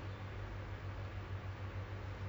okay also direct transport but then